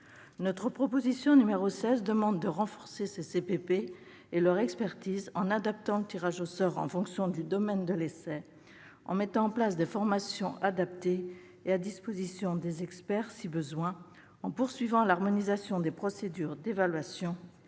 Notre proposition n° 16 vise à renforcer ces CPP et leur expertise en adaptant le tirage au sort en fonction du domaine de l'essai, en mettant en place des formations adaptées et à disposition des experts si besoin, en poursuivant l'harmonisation des procédures d'évaluation et